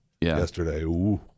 yesterday